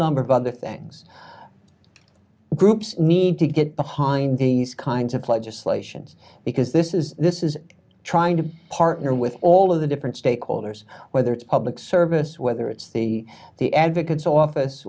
number of other things groups need to get behind these kinds of legislations because this is this is trying to partner with all of the different stakeholders whether it's public service whether it's the the advocate's office